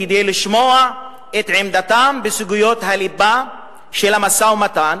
כדי לשמוע את עמדתם בסוגיות הליבה של המשא-ומתן,